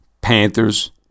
Panthers